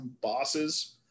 bosses